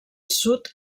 sud